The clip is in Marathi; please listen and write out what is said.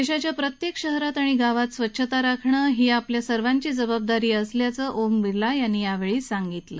देशाच्या प्रत्येक शहरात आणि गावात स्वच्छता राखणं ही आपल्या प्रत्येकाची जबाबदारी असल्याचं ओम बिर्ला यांनी यावेळी सांगितलं